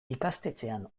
ikastetxean